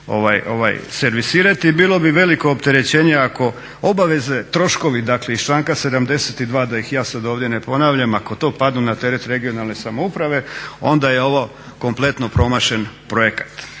servisirati. I bilo bi veliko opterećenje ako obaveze, troškovi, dakle iz članka 72. da ih ja sad ovdje ne ponavljam ako to padnu na teret regionalne samouprave onda je ovo kompletno promašen projekat.